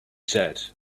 said